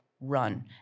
run